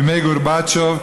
מימי גורבצ'וב,